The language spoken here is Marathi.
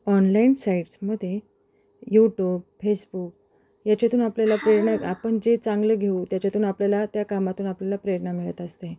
ऑनलाईन साईट्समध्ये यूटूब फेसबुक याच्यातून आपल्याला प्रेरणा आपण जे चांगलं घेऊ त्याच्यातून आपल्याला त्या कामातून आपल्याला प्रेरणा मिळत असते